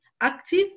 active